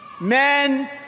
Men